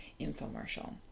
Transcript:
infomercial